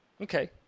Okay